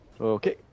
Okay